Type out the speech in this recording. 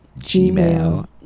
gmail